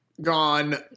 Gone